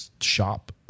shop